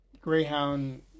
Greyhound